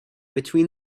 between